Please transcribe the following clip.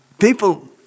people